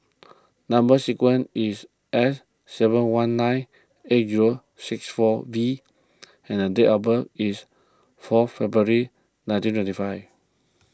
Number Sequence is S seven one nine eight zero six four V and date of birth is fourth February nineteen twenty five